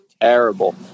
Terrible